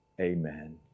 Amen